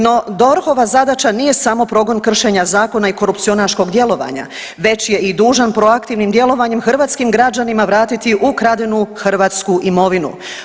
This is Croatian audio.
No DOHR-ova zadaća nije samo progon kršenja zakona i korupcionaškog djelovanja već je i dužan proaktivnim djelovanjem hrvatskim građanima vratiti ukradenu hrvatsku imovinu.